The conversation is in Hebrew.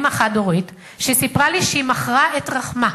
אמא חד-הורית שסיפרה לי שהיא מכרה את רחמה,